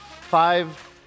five